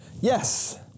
Yes